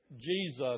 Jesus